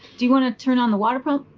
do you want to turn on the water pump?